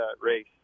race